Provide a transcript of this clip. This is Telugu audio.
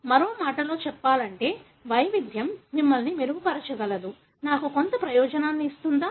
మరో మాటలో చెప్పాలంటే వైవిధ్యం మిమ్మల్ని మెరుగుపరచగలదు నాకు కొంత ప్రయోజనాన్ని ఇస్తుందా